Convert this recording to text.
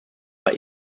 war